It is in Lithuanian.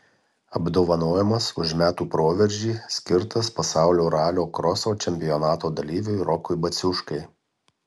apdovanojimas už metų proveržį skirtas pasaulio ralio kroso čempionato dalyviui rokui baciuškai